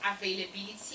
availability